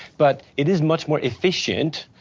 but it is much more efficient,